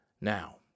Now